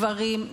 גברים,